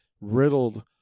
riddled